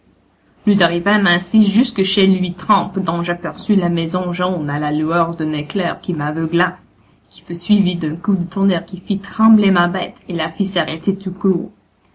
nous arrivâmes ainsi jusque chez louis trempe dont j'aperçus la maison jaune à la lueur d'un éclair qui m'aveugla et qui fut suivi d'un coup de tonnerre qui fit trembler ma bête et la fit s'arrêter tout court